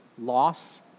loss